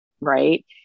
Right